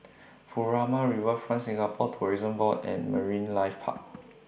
Furama Riverfront Singapore Tourism Board and Marine Life Park